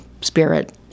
spirit